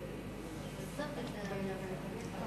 אתה לא צריך, אתה מייד משתלט.